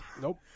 Nope